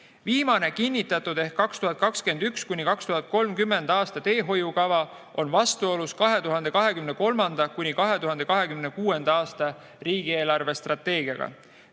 Viimane kinnitatud ehk 2021.–2030. aasta teehoiukava on vastuolus 2023.–2026. aasta riigi eelarvestrateegiaga.